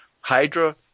Hydra